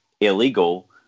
illegal